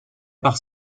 part